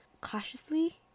cautiously